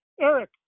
Eric